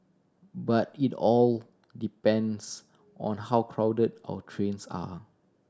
but it all depends on how crowded our trains are